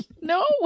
No